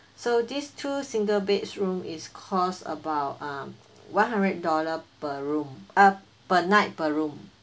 so these two single beds room is cost about uh one hundred dollar per room uh per night per room